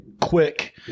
quick